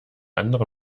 andere